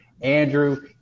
Andrew